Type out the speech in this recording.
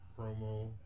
promo